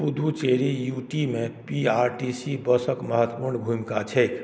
Puducherry U T मे P R T C बसक महत्वपूर्ण भूमिका छैक